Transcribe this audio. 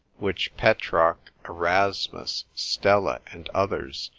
which petrarch, erasmus, stella, and others,